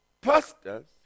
pastors